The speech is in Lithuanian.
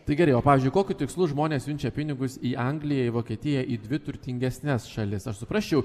tai gerai o pavyzdžiui kokiu tikslu žmonės siunčia pinigus į angliją į vokietiją į dvi turtingesnes šalis aš suprasčiau